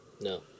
No